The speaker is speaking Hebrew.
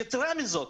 יתרה מזו,